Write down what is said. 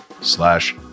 slash